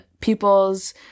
peoples